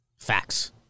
Facts